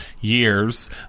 years